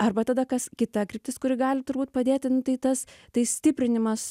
arba tada kas kita kryptis kuri gali turbūt padėti nu tai tas tai stiprinimas